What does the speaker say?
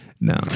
no